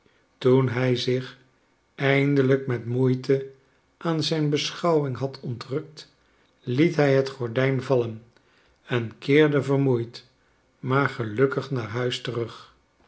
toen hij zich eindelijk met moeite aan zijn beschouwing had ontrukt liet hij het gordijn vallen en keerde vermoeid maar gelukkig naar huis terug